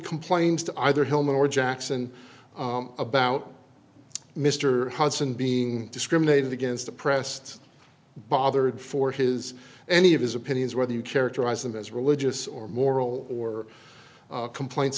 complains to either hillman or jackson about mr hudson being discriminated against oppressed bothered for his any of his opinions whether you characterize them as religious or moral or complaints